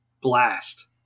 blast